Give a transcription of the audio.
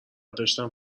داشتم